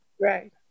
Right